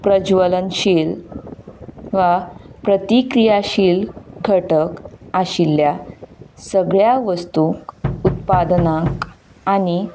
प्रजलनशील वा प्रतिक्रियाशील घटक आशिल्ल्या सगळ्या वस्तूंक उत्पादनांक आनी